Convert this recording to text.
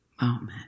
moment